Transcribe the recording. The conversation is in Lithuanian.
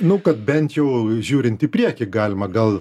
nu kad bent jau žiūrint į priekį galima gal